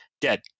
dead